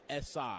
si